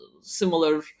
similar